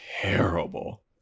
terrible